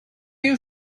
you